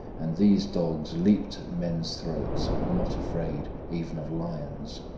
and these dogs leaped at men's throats and were not afraid even of lions.